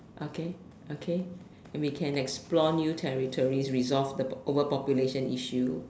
okay okay and we can explore new territories resolve the world population issue